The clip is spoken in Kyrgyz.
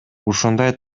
ушундай